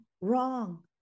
wrong